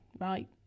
right